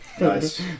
Nice